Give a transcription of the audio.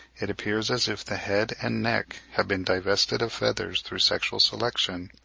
it appears as if the head and neck had been divested of feathers through sexual selection,